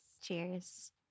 Cheers